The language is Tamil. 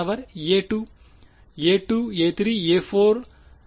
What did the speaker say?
மாணவர் a2 a2 a3 a4